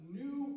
new